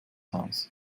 aus